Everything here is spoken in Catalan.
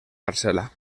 parcel·la